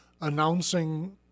announcing